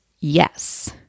yes